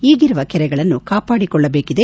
ಈಗಿರುವ ಕೆರೆಗಳನ್ನು ಕಾಪಾಡಿಕೊಳ್ಳಬೇಕಿದೆ